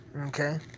Okay